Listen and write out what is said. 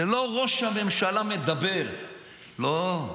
זה לא ראש הממשלה מדבר, לא,